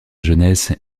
jeunesse